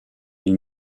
ils